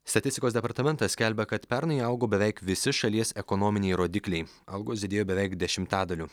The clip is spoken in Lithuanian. statistikos departamentas skelbia kad pernai augo beveik visi šalies ekonominiai rodikliai algos didėjo beveik dešimtadaliu